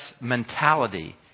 mentality